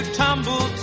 tumble